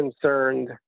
concerned